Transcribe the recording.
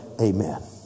Amen